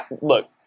look